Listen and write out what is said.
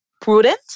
prudent